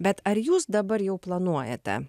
bet ar jūs dabar jau planuojate